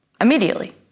immediately